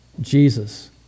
Jesus